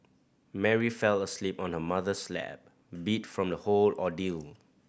Mary fell asleep on her mother's lap beat from the whole ordeal